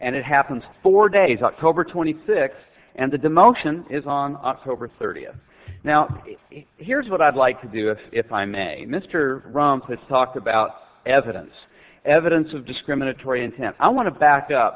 and it happens for days october twenty sixth and the demotion is on october thirtieth now here's what i'd like to do if i may mr rumpus talked about evidence evidence of discriminatory intent i want to back up